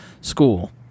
school